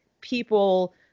people